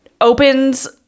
opens